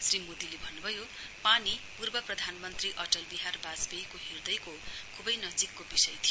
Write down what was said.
श्री मोदीले भन्नुभयो पानी पूर्व प्रधानमन्त्री अटल बिहारी बाजपेयीको हृदयको खुबै नजीकको विषय थियो